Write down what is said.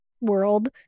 world